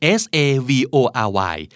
savory